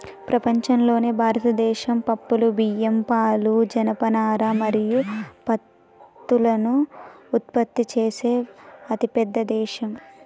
ప్రపంచంలోనే భారతదేశం పప్పులు, బియ్యం, పాలు, జనపనార మరియు పత్తులను ఉత్పత్తి చేసే అతిపెద్ద దేశం